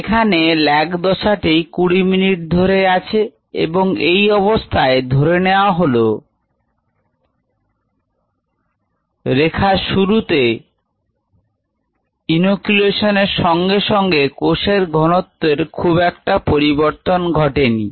এখানে লেগ দশাটি 20 মিনিট ধরে আছে এবং এই অবস্থায় ধরে নেওয়া হল লেখার শুরুতে ইউনিয়নের ইনোকুলেশন এর সঙ্গে সঙ্গে কোষের ঘনত্ব খুব একটা পরিবর্তন ঘটেনি